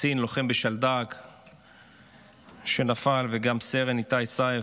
קצין לוחם בשלדג שנפל, וגם סרן איתי סייף,